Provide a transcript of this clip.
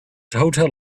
hotel